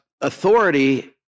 Authority